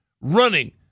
running